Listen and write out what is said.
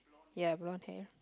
yes brown hair